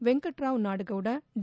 Venkatarao Nadagouda D